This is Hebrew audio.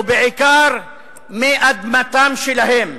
ובעיקר מאדמתם שלהם,